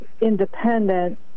independent